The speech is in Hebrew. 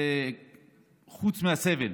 חוץ מהסבל